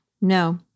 No